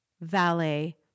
valet